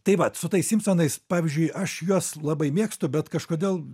tai vat su tais simpsonais pavyzdžiui aš juos labai mėgstu bet kažkodėl